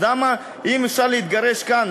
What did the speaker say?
אז אם אפשר להתגרש כאן,